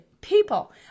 people